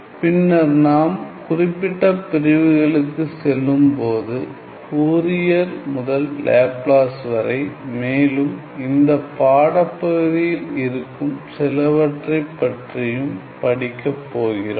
பின்னர் நாம் குறிப்பிட்ட பிரிவுகளுக்கு செல்லும்போது ஃபோரியர் முதல் லேப்லாஸ் வரை மேலும் இந்தப் பாடப் பகுதியில் இருக்கும் சிலவற்றைப் பற்றியும் படிக்கப் போகிறோம்